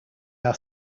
are